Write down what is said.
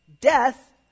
death